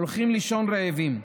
הולכים לישון רעבים.